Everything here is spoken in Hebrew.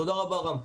תודה רבה, רם.